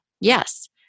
Yes